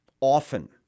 often